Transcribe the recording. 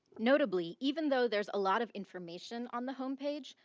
notably even though there's a lot of information on the homepage,